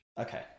Okay